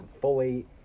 fully